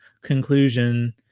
conclusion